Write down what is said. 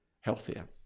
healthier